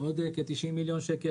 עוד כ-90 מיליון שקל